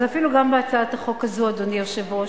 אז בהצעת החוק הזאת, אדוני היושב-ראש,